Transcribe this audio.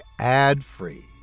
ad-free